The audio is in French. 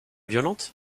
violente